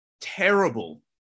terrible